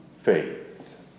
faith